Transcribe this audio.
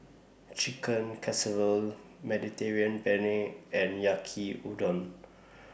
Chicken Casserole Mediterranean Penne and Yaki Udon